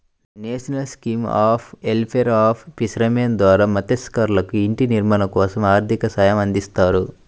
national scheme of welfare of fishermen ద్వారా మత్స్యకారులకు ఇంటి నిర్మాణం కోసం ఆర్థిక సహాయం అందిస్తారు